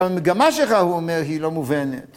‫אבל מגמה שלך, הוא אומר, ‫היא לא מובנת.